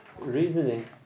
reasoning